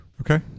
Okay